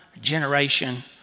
generation